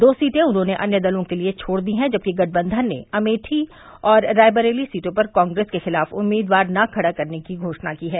दो सीटें उन्होंने अन्य दलों के लिए छोड़ दी हैं जबकि गठबंधन ने अमेठी और रायबरेली सीटों पर कांग्रेस के खिलाफ उम्मीदवार न खड़ा करने की घोषणा की है